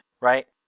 right